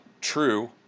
True